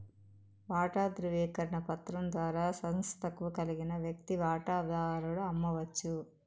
వాటా దృవీకరణ పత్రం ద్వారా సంస్తకు కలిగిన వ్యక్తి వాటదారుడు అవచ్చు